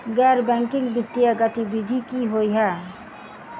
गैर बैंकिंग वित्तीय गतिविधि की होइ है?